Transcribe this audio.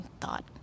thought